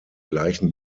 gleichen